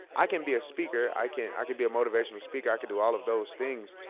i can be a speaker. i can i can be a motivational speaker. i can do all of those things,